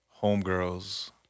homegirls